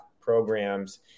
programs